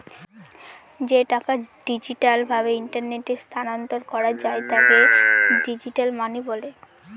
যে টাকা ডিজিটাল ভাবে ইন্টারনেটে স্থানান্তর করা যায় তাকে ডিজিটাল মানি বলে